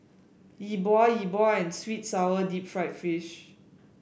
Yi Bua Yi Bua and sweet and sour Deep Fried Fish